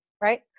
right